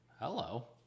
Hello